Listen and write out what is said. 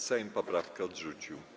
Sejm poprawki odrzucił.